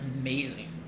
amazing